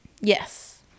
Yes